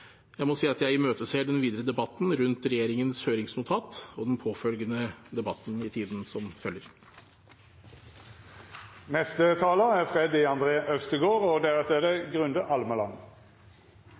Jeg må si at jeg imøteser den videre debatten rundt regjeringens høringsnotat og den påfølgende debatten i tiden som følger. Det er rett og rimelig å stille krav om likestilling og